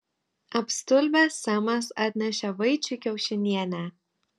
apstulbęs semas atnešė vaičiui kiaušinienę